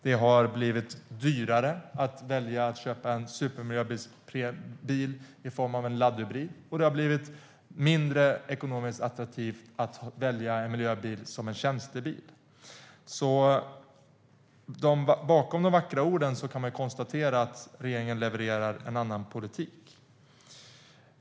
Det har blivit dyrare att köpa en supermiljöbil i form av en laddhybrid, och det har blivit mindre ekonomiskt attraktivt att välja en miljöbil som tjänstebil. Bakom de vackra orden levererar regeringen alltså en annan politik.